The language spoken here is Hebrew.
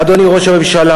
אדוני ראש הממשלה,